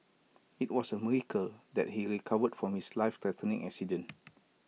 IT was A miracle that he recovered from his lifethreatening accident